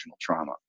trauma